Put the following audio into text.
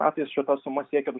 apie šitą sumą siekia